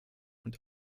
und